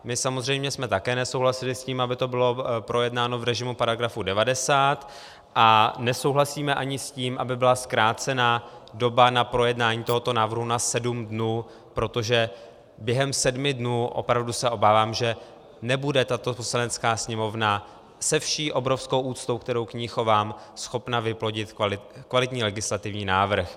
My jsme samozřejmě také nesouhlasili s tím, aby to bylo projednáno v režimu § 90, a nesouhlasíme ani s tím, aby byla zkrácena doba na projednání tohoto návrhu na sedm dnů, protože během sedmi dnů opravdu se obávám, že nebude tato Poslanecká sněmovna se vší obrovskou úctou, kterou k ní chovám, schopna vyplodit kvalitní legislativní návrh.